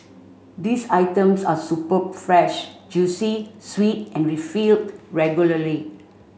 these items are superb fresh juicy sweet and refilled regularly